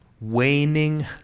waning